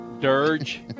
dirge